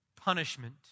Punishment